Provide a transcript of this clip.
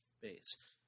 base